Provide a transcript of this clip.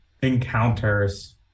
Encounters